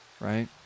right